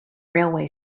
railway